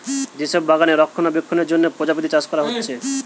যে সব বাগানে রক্ষণাবেক্ষণের জন্যে প্রজাপতি চাষ কোরা হচ্ছে